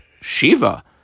Shiva